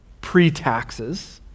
pre-taxes